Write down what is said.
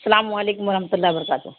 سلام علیکم و رحمت اللہبرکاتہ